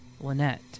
Lynette